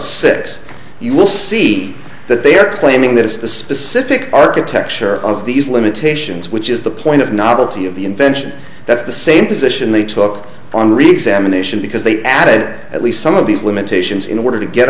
six you will see that they are claiming that it's the specific architecture of these limitations which is the point of novelty of the invention that's the same position they took on reexamination because they added at least some of these limitations in order to get